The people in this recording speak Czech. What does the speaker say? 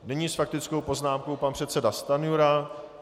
Nyní s faktickou poznámkou pan předseda Stanjura.